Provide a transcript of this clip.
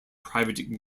private